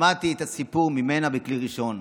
שמעתי את הסיפור ממנה, מכלי ראשון,